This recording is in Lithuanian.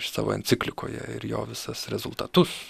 savo enciklikoje ir jo visas rezultatus